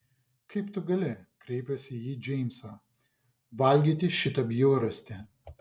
kaip tu gali kreipėsi ji į džeimsą valgyti šitą bjaurastį